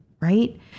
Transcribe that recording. right